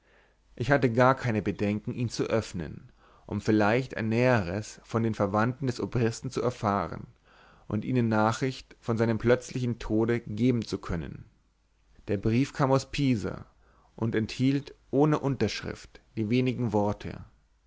ich hatte gar kein bedenken ihn zu öffnen um vielleicht ein näheres von den verwandten des obristen zu erfahren und ihnen nachricht von seinem plötzlichen tode geben zu können der brief kam von pisa und enthielt ohne unterschrift die wenigen worte